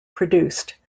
produced